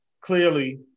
clearly